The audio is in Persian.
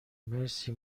مرسی